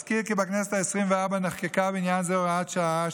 אזכיר כי בכנסת העשרים-וארבע נחקקה בעניין זה הוראת שעה,